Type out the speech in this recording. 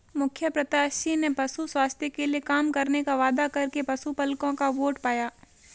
मुखिया प्रत्याशी ने पशु स्वास्थ्य के लिए काम करने का वादा करके पशुपलकों का वोट पाया